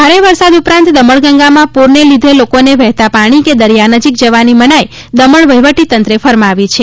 ભારે વરસાદ ઉપરાંત દમણગંગામાં પૂરને લીધે લોકોને વહેતા પાણી કે દરિયા નજીક જવાની મનાઈ દમણ વહીવટીતંત્રે ફરમાવી છે